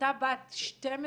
עלתה בת 12,